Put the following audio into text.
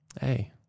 hey